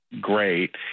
great